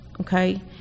okay